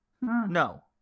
No